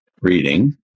reading